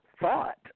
thought